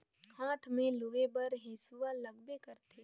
हाथ में लूए बर हेसुवा लगबे करथे